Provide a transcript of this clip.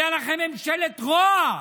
הייתה לכם ממשלת רוע,